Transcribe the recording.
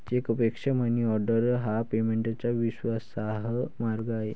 चेकपेक्षा मनीऑर्डर हा पेमेंटचा विश्वासार्ह मार्ग आहे